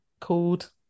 called